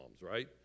right